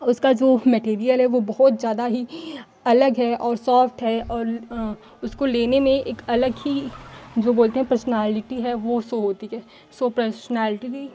उसका जो मैटीरियल है वह बहुत ज़्यादा ही अलग है और सॉफ़्ट है और उसको लेने में एक अलग ही जो बोलते हैं पर्सनैलिटी है वह सो होती है सो पर्शनैलट्री